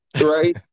Right